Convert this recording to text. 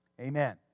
Amen